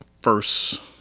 first